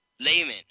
Layman